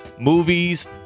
Movies